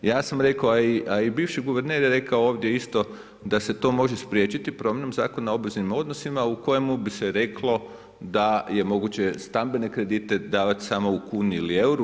Ja sam rekao, a i bivši guverner je rekao ovdje isto, da se to može spriječiti, promjenom Zakona o obveznim odnosima, u kojima bi se reklo, da je moguće stambene kredite davati samo u kuni li u euru.